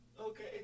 Okay